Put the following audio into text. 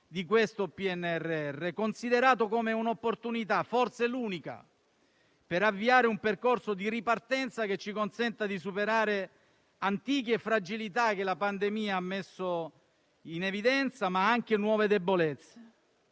di questo PNRR, considerato come un'opportunità, forse l'unica, per avviare un percorso di ripartenza che ci consenta di superare antiche fragilità che la pandemia ha messo in evidenza, ma anche nuove debolezze.